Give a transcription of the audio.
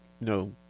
No